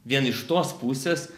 vien iš tos pusės